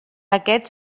aquest